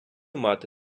мати